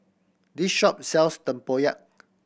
this shop sells tempoyak